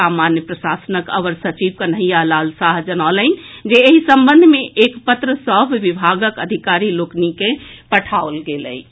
सामान्य प्रशासनक अवर सचिव कन्हैया लाल साह जनौलनि जे एहि संबंध मे एक पत्र सभ विभागक अधिकारी लोकनि के पठाओल गेल अछि